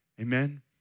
Amen